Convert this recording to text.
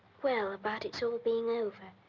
well, about it's all being over.